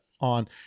on